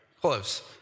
close